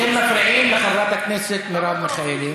אתם מפריעים לחברת הכנסת מרב מיכאלי.